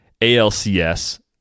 ALCS